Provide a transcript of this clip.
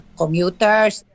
commuters